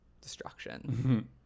destruction